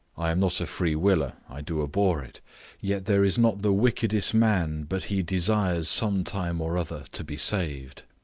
i am not a free willer, i do abhor it yet there is not the wickedest man but he desires some time or other to be saved.